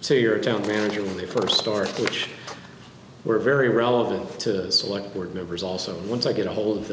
so your account manager when they first start which were very relevant to select board members also once i get a hold of